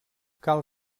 cal